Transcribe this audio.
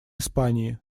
испании